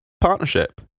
partnership